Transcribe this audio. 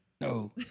No